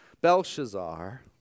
Belshazzar